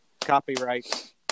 copyright